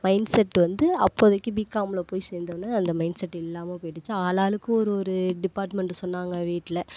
mind set வந்து அப்போதைக்கு பிகாம்ல போய் சேர்ந்தோன்ன அந்த மைண்டு செட் இல்லாம போயிடுச்சு ஆளாளுக்கு ஒரு ஒரு டிப்பார்ட்மெண்ட்டு சொன்னாங்க வீட்டில்